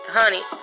honey